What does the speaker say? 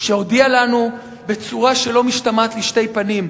שהודיע לנו בצורה שלא משתמעת לשני פנים: